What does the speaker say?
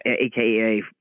aka